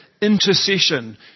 Intercession